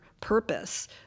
purpose